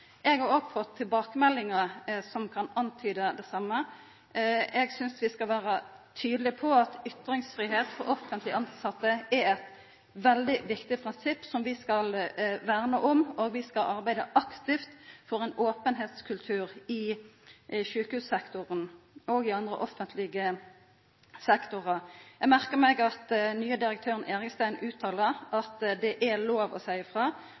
Eg har òg fått tilbakemeldingar som har antyda det same. Eg synest vi skal vera tydelege på at ytringsfridom for offentleg tilsette er eit veldig viktig prinsipp som vi skal verna om, og vi skal arbeida aktivt for ein openheitskultur i sjukehussektoren og i andre offentlege sektorar. Eg merka meg at den nye direktøren, Erikstein, uttalar at det er lov å seia frå,